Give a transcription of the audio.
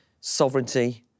sovereignty